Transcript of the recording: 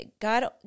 God